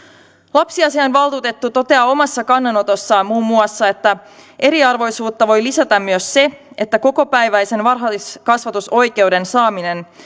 lapsiasiavaltuutettu toteaa omassa kannanotossaan muun muassa että eriarvoisuutta voi lisätä myös se että kokopäiväisen varhaiskasvatusoikeuden saaminen